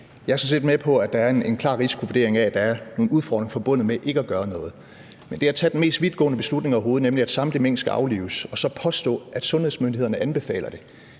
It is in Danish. set med på, at der er en klar risikovurdering af, at der er nogle udfordringer forbundet med ikke at gøre noget. Men det at tage den mest vidtgående beslutning overhovedet, nemlig at samtlige mink skal aflives, og så påstå, at sundhedsmyndighederne anbefaler det,